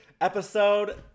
episode